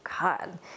God